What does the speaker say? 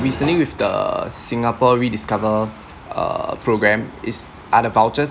recently with the singapore rediscover uh program is are the vouchers